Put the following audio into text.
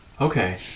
Okay